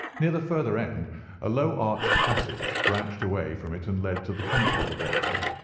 near the further end a low arched passage branched away from it and led to the chemical laboratory.